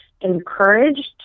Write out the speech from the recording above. encouraged